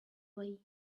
way